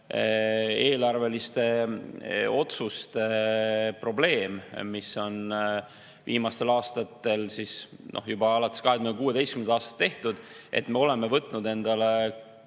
eelarveliste otsuste probleem, mis on viimastel aastatel, juba alates 2016. aastast tehtud: me oleme võtnud endale